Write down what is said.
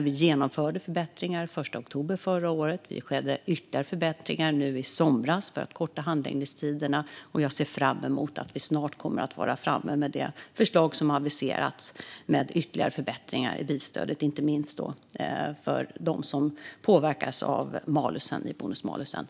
Vi genomförde förbättringar den 1 oktober förra året. Det skedde ytterligare förbättringar nu i somras för att korta handläggningstiderna. Och jag ser fram emot att vi snart kommer att vara framme med det förslag som har aviserats om ytterligare förbättringar i bilstödet, inte minst för dem som påverkas av malus i bonus malus.